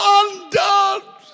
undone